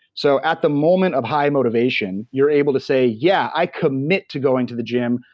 so at the moment of high motivation, you're able to say, yeah, i commit to going to the gym.